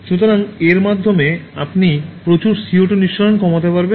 সুতরাং এর মাধ্যমে আপনি প্রচুর CO2 নিঃসরণ কমাতে পারবেন